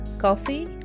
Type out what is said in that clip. coffee